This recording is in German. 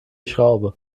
schraube